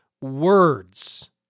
words